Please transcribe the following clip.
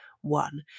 one